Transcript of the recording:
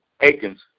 Akins